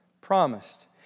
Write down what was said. promised